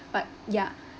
but ya